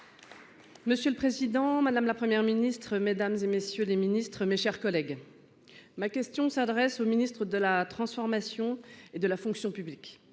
Monsieur le président, madame, la Première ministre, mesdames et messieurs les ministres, mes chers collègues. Ma question s'adresse au ministre de la transformation et de la fonction publique.